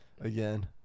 Again